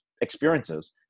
experiences